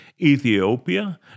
Ethiopia